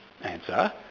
Answer